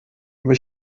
aber